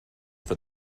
for